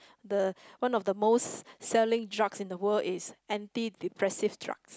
the one of the most selling drugs in the world anti depressive drugs